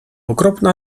okropna